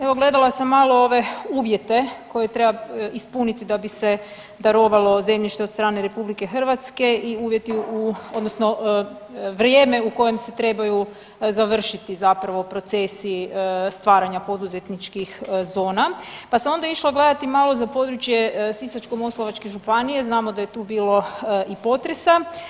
Evo gledala sam malo ove uvjete koje treba ispuniti da bi se darovalo zemljište od strane RH i uvjeti odnosno vrijeme u kojem se trebaju završiti zapravo procesi stvaranja poduzetničkih zona, pa sam onda išla gledati malo za područje Sisačko-moslavačke županije, znamo da je tu bilo i potresa.